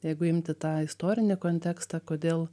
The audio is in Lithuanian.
jeigu imti tą istorinį kontekstą kodėl